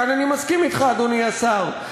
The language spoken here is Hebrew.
כאן אני מסכים אתך, אדוני השר.